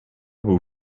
był